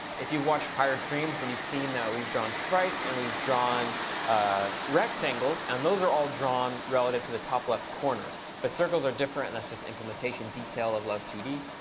if you watched prior streams, then you've seen though we've drawn sprites, and we've drawn rectangles. and those are all drawn relative to the top left corner. but circles are different. that's just an implementation detail of love two d.